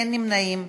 אין נמנעים.